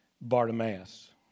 Bartimaeus